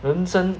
人生